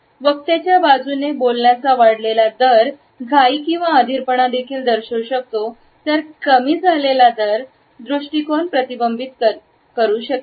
वक्त्याच्या बाजूने बोलण्याचा वाढलेला दर घाई किंवा अधीरपणा देखील दर्शवू शकतो तर कमी झालेला दर दृष्टीकोन प्रतिबिंबित करू शकेल